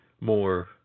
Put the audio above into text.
more